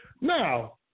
Now